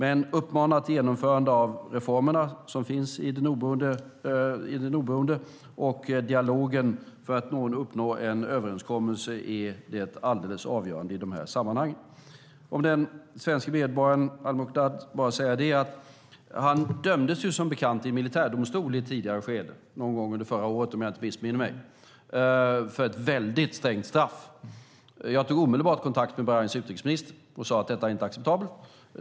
Ett uppmanande att genomföra reformerna som tagits fram av den oberoende kommissionen och en dialog för att uppnå en överenskommelse är alldeles avgörande i dessa sammanhang. Om den svenske medborgaren al-Muqdad vill jag bara säga att han som bekant dömdes i militärdomstol i ett tidigare skede - någon gång under förra året, om jag inte missminner mig - till ett väldigt strängt straff. Jag tog omedelbart kontakt med Bahrains utrikesminister och sade att detta inte är acceptabelt.